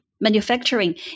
manufacturing